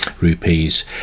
rupees